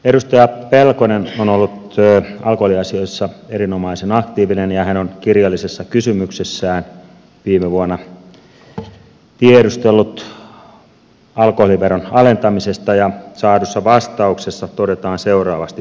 edustaja pelkonen on ollut alkoholiasioissa erinomaisen aktiivinen ja hän on kirjallisessa kysymyksessään viime vuonna tiedustellut alkoholiveron alentamisesta ja saadussa vastauksessa todetaan seuraavasti